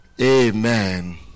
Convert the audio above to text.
Amen